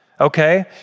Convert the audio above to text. okay